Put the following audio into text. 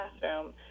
classroom